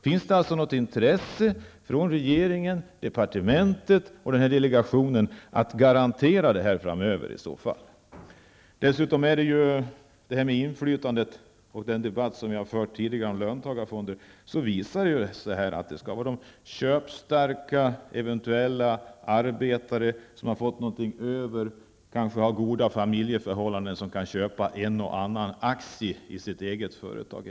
Finns det något intresse hos regeringen, departementet och delegationen att garantera verksamheten framöver? När det gäller inflytande och den tidigare debatten om löntagarfonder vill jag säga att endast köpstarka arbetare som har fått någonting över eller kanske har goda familjeförhållanden kan köpa en och annan aktie i sitt eget företag.